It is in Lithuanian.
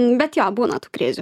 nu bet jo būna tų krizių